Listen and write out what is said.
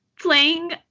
playing